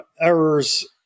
errors